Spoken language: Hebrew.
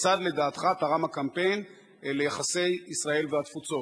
כיצד לדעתך תרם הקמפיין ליחסי ישראל והתפוצות?